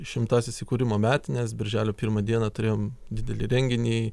šimtąsias įkūrimo metines birželio pirmą dieną turėjom didelį renginį